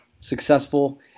successful